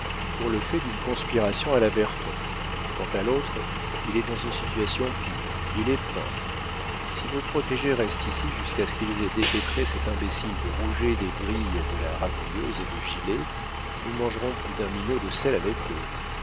pour le fait d'une conspiration à la berton quant à l'autre il est dans une situation pire il est peintre si vos protégés restent ici jusqu'à ce qu'ils aient dépêtré cet imbécile de rouget des griffes de la rabouilleuse et de gilet nous mangerons plus d'un minot de sel avec eux